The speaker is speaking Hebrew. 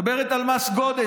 היא מדברת על מס גודש.